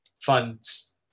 funds